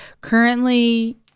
currently